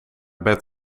bed